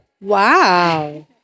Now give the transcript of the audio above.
Wow